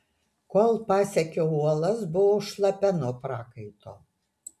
kol pasiekiau uolas buvau šlapia nuo prakaito